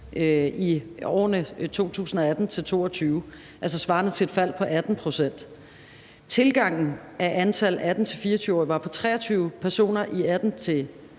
i årene 2018-2022, altså svarende til et fald på 18 pct. Tilgangen i antallet af 18-24-årige var 23 personer i 2018,